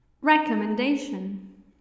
recommendation